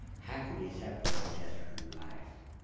how can you separate death from life?